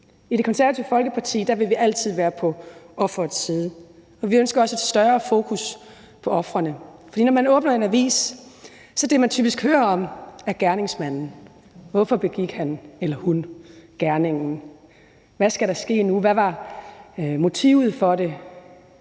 I Det Konservative Folkeparti vil vi altid være på offerets side, og vi ønsker også et større fokus på ofrene. For når man åbner en avis, er det typisk gerningsmanden, man hører om. Hvorfor begik han eller hun gerningen. Hvad skal der ske nu? Hvad var motivet for det?